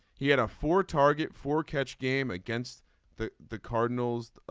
he had a four target for catch. game against the the cardinals.